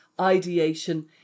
ideation